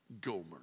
Gomer